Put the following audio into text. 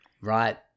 right